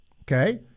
Okay